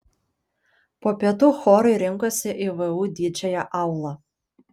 po pietų chorai rinkosi į vu didžiąją aulą